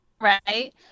Right